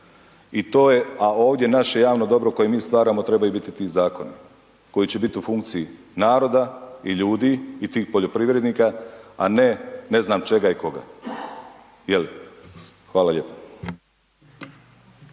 domovini. A ovdje naše javno dobro koje mi stvaramo trebaju biti ti zakoni koji će biti u funkciji naroda i ljudi i tih poljoprivrednika a ne ne znam čega i koga, jel'. Hvala lijepo.